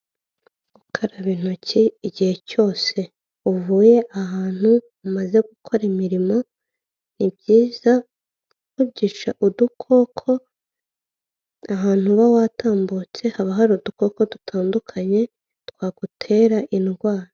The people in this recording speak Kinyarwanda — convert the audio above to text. Gukaraba intoki igihe cyose uvuye ahantu umaze gukora imirimo ni byiza kuko babyica udukoko, ahantu uba watambutse haba hari udukoko dutandukanye twagutera indwara.